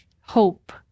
hope